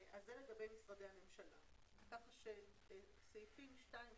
סעיפים (2),